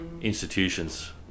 institutions